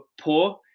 poor